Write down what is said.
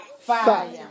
fire